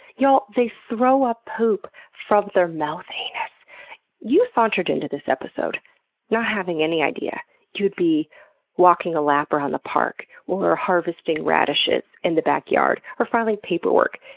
y'all, they throw up poop from their mouth-anus! you sauntered into this episode not having any idea you'd be walking a lap round the park, or harvesting radishes in the backyard, or filing paperwork,